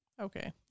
Okay